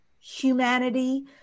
humanity